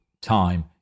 time